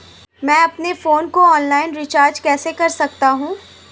मैं अपने फोन को ऑनलाइन रीचार्ज कैसे कर सकता हूं?